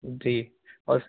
जी और